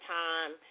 time –